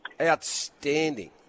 outstanding